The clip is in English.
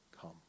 come